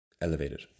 elevated